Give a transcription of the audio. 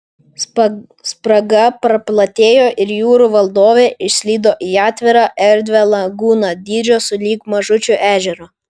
spraga praplatėjo ir jūrų valdovė išslydo į atvirą erdvią lagūną dydžio sulig mažučiu ežeru